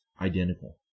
identical